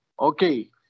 Okay